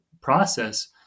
process